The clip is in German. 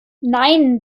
nein